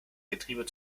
getriebe